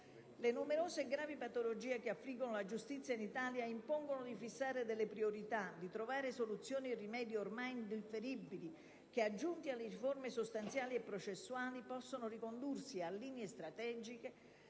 Le numerose e gravi patologie che affliggono la giustizia in Italia impongono di fissare delle priorità, di trovare soluzioni e rimedi ormai indifferibili che, aggiunti alle riforme sostanziali e processuali, possano ricondursi a linee strategiche,